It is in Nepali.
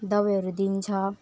दबाईहरू दिन्छ